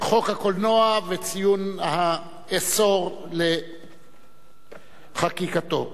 לסדר-היום בנושא: ציון עשור לחוק הקולנוע הישראלי,